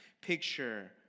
picture